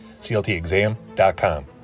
cltexam.com